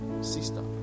sister